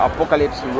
Apocalypse